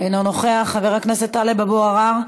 אינו נוכח, חבר הכנסת טלב אבו עראר,